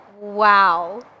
Wow